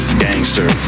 gangster